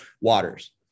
waters